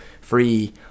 free